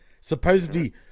supposedly